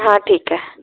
हां ठीक आहे